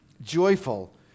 joyful